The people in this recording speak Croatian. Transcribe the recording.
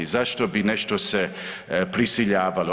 Zašto bi nešto se prisiljavalo?